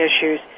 issues